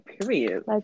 Period